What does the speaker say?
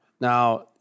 Now